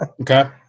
Okay